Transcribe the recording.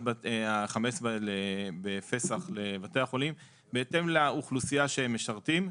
החמץ בפסח לבתי החולים בהתאם לאוכלוסייה שהם משרתים,